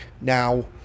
Now